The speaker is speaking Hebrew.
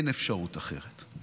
אין אפשרות אחרת.